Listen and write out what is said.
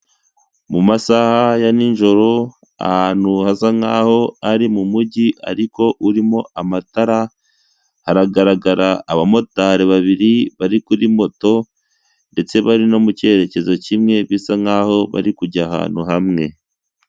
Mu masaha ya nijoro ahantu hasa nk'aho ari mu mujyi ariko urimo amatara hagaragara abamotari babiri bari kuri moto ndetse bari no mu cyerekezo kimwe bisa nk'aho bari kujya ahantu hamwe.